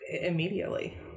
immediately